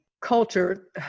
Culture